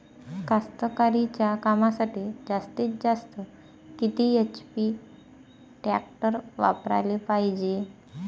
कास्तकारीच्या कामासाठी जास्तीत जास्त किती एच.पी टॅक्टर वापराले पायजे?